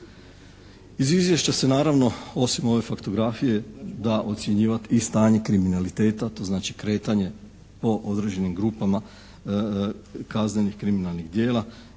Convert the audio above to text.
Iz izvješća se naravno osim ove faktografije da ocjenjivati stanje kriminaliteta, to znači kretanje po određenim grupama kaznenih, kriminalnih djela